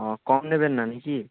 ও কম নেবেন না না কি